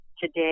today